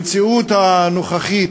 במציאות הנוכחית,